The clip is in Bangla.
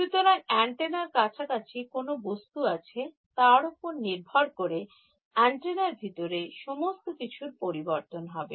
সুতরাং অ্যান্টেনার কাছাকাছি কোন বস্তু আছে তার উপর নির্ভর করে অ্যান্টেনার ভিতরে সমস্ত কিছুর পরিবর্তন হবে